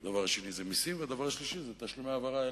הדבר השני זה מסים ותשלומי העברה.